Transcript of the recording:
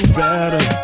better